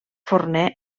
forner